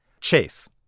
Chase